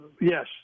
Yes